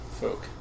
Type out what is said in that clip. folk